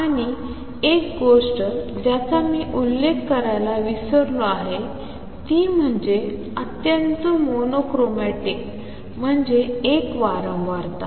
आणि एक गोष्ट ज्याचा मी उल्लेख करायला विसरलो आहे ती म्हणजे अत्यंत मोनो क्रोमॅटिक म्हणजे एक वारंवारता